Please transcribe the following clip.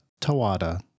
Tawada